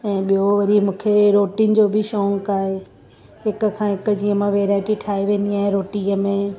ऐं ॿियो वरी मूंखे रोटिनि जो बि शौंक़ु आहे हिक खां हिकु जीअं मां वैराइटी ठाहे वेंदी आहियां रोटीअ में